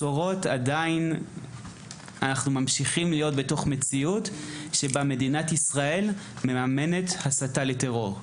אנחנו ממשיכים להיות במציאות שבה מדינת ישראל מממנת הסתה לטרור,